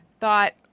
thought